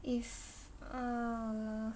if um